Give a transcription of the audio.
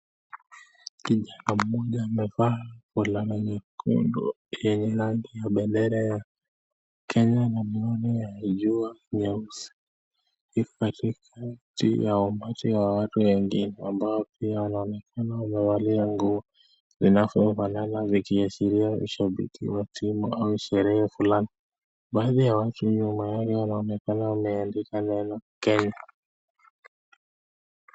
Kijana mmoja amevaa fulana nyekundu yenye rangi ya bendera ya Kenya na miwani ya jua nyeusi. Yuko katikati ya umati watu wengine ambao pia wanaonekana wamevaa nguo zinafanana vikiashiria kushabiki wa timu au sherehe fulani. Baadhi ya watu nyuma yake wanaonekana wameandika neno Kenya.